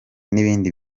n’ibindi